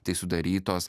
tai sudarytos